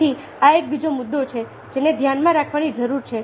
તેથી આ એક બીજો મુદ્દો છે જેને ધ્યાનમાં રાખવાની જરૂર છે